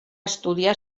estudiar